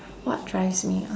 what drives me ah